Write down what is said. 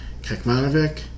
Kekmanovic